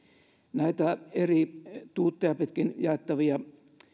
näitä eri tuutteja pitkin jaettavia